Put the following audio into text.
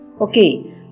Okay